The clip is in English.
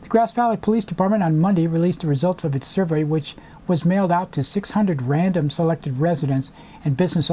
the grass valley police department on monday released the results of its survey which was mailed out to six hundred random selected residents and business